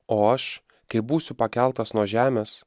o aš kai būsiu pakeltas nuo žemės